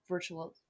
virtual